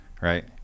right